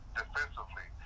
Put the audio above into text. defensively